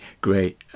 great